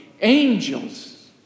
angels